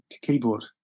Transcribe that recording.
keyboard